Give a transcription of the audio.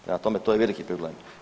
Prema tome to je veliki problem.